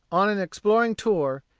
on an exploring tour,